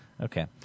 Okay